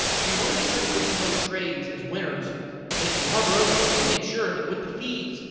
so you want to make sure before you close trades as winners that you hover over this and make sure that with the fees,